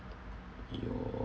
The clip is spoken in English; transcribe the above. your